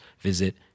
visit